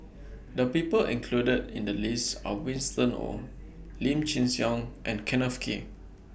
The People included in The list Are Winston Oh Lim Chin Siong and Kenneth Kee